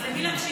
אז למי להקשיב,